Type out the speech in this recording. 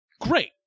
great